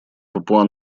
папуа